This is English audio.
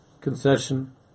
Concession